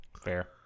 Fair